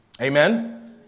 Amen